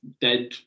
Dead